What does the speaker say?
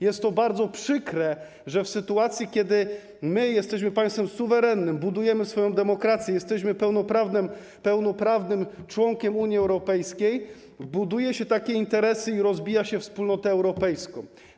Jest to bardzo przykre, że w sytuacji, kiedy jesteśmy państwem suwerennym, budujemy swoją demokrację, jesteśmy pełnoprawnym członkiem Unii Europejskiej, buduje się takie interesy i rozbija się Wspólnotę Europejską.